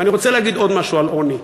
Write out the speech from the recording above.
ואני רוצה להגיד עוד משהו על עוני: